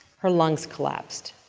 her lungs collapsed.